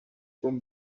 from